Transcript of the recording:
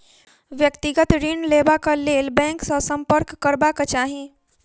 व्यक्तिगत ऋण लेबाक लेल बैंक सॅ सम्पर्क करबाक चाही